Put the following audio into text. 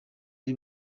ari